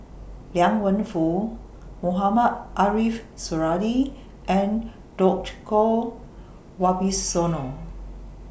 Liang Wenfu Mohamed Ariff Suradi and Djoko Wibisono